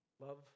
Love